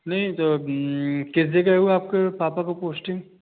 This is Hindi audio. नहीं तो किस जगह हुआ है आपके पापा का पोस्टिंग